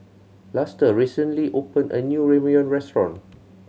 Luster recently opened a new Ramyeon Restaurant